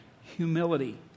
Humility